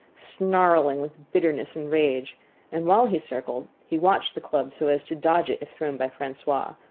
snarling with bitterness and rage and while he circled he watched the club so as to dodge it if thrown by francois,